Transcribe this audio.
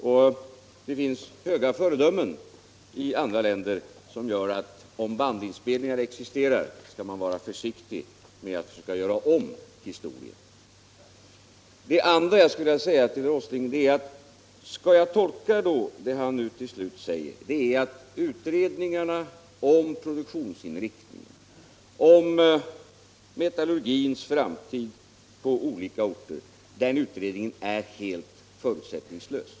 Och det finns höga föredömen i andra länder som visar att om bandinspelningar existerar skall man vara försiktig med att försöka göra om historien. Sedan skulle jag vilja fråga herr Åsling: Skall jag tolka det som herr Åsling nu till slut säger så, att utredningen om produktionsinriktningen, om metallurgins framtid på olika orter, är helt förutsättningslös?